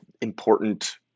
important